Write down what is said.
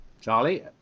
Charlie